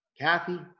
Kathy